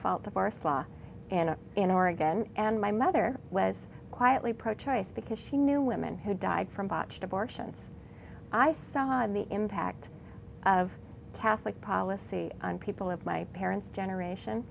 fault divorce law in in oregon and my mother was quietly pro choice because she knew women who died from botched abortions i saw in the impact of catholic policy on people of my parents generation